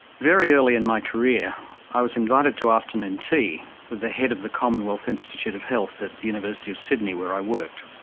very early in my career, i was invited to afternoon and tea with the head of the commonwealth institute of health at the university of sydney, where i worked.